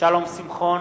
שלום שמחון,